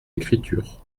écritures